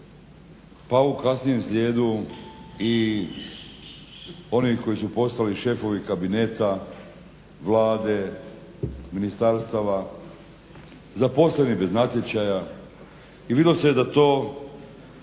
pa u kasnijem slijedu i onih koji su postali šefovi kabineta, Vlade, ministarstava, zaposleni bez natječaja i vidjelo se je da to